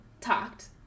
talked